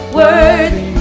worthy